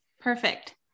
Perfect